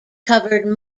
covered